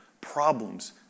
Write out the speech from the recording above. problems